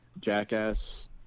Jackass